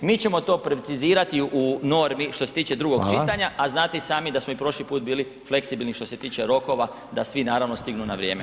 Mi ćemo to precizirati u normi što se tiče drugog čitanja a znate i sami da smo i prošli put bili fleksibilni što se tiče rokova da svi naravno stignu na vrijeme.